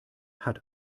hat